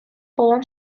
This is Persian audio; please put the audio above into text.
بابام